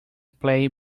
play